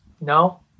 No